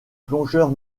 plongeurs